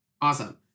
Awesome